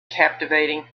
captivating